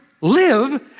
Live